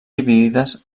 dividides